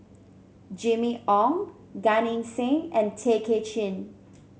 Jimmy Ong Gan Eng Seng and Tay Kay Chin